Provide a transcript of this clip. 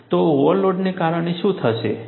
તો ઓવરલોડને કારણે શું થયું છે